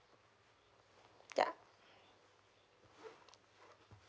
ya